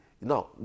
now